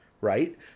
right